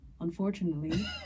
unfortunately